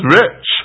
rich